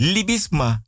Libisma